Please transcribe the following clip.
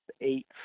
eight